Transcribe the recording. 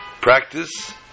practice